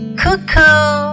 cuckoo